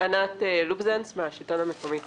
השלטון המקומי